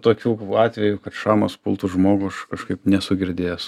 tokių atvejų kad šamas pultų žmogų aš kažkaip nesu girdėjęs